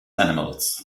animals